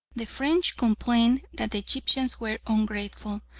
the french complained that the egyptians were ungrateful,